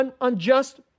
unjust